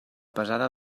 pesada